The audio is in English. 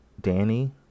Danny